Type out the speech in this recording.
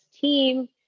team